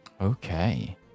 okay